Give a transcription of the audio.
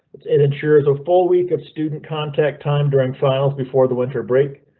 it ensures a full week of student contact time during files before the winter break.